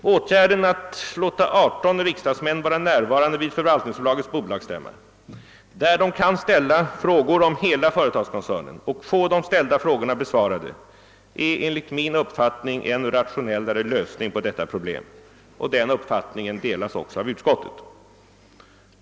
Åtgärden att låta 18 riksdagsmän vara närvarande vid förvaltningsbolagets bolagsstämma, där de kan ställa frågor om hela företagskoncernen och få de ställda frågorna besvarade, är enligt min uppfattning en rationellare lösning på detta problem. Denna uppfattning delas också av utskottet.